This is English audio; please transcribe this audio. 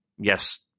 Yes